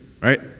right